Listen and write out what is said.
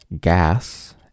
gas